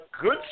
good